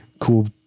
cool